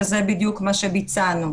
וזה בדיוק מה שביצענו.